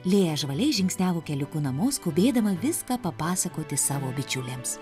lėja žvaliai žingsniavo keliuku namo skubėdama viską papasakoti savo bičiuliams